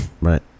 Right